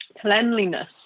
cleanliness